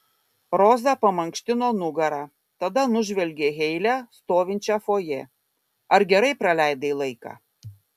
roza pamankštino nugarą tada nužvelgė heile stovinčią fojė ar gerai praleidai laiką